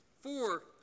Four